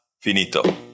finito